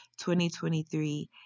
2023